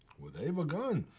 with eva gone,